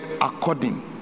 according